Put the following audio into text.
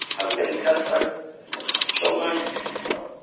i was getting death threats against my children. you know,